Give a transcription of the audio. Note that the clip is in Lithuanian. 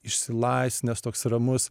išsilaisvinęs toks ramus